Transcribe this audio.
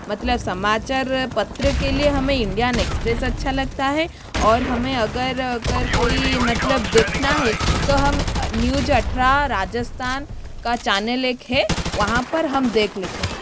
मतलब समाचार पत्र के लिए हमें इंडियान एक्सप्रेस अच्छा लगता है और हमें अगर अगर कोई मतलब देखना है तो हम न्यूज अठारह राजस्थान का चैनल एक है वहाँ पर हम देख लेते है